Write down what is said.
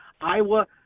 Iowa